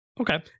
Okay